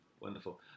wonderful